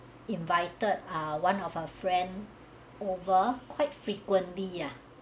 invited are one of our friend over quite frequently ah